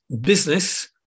business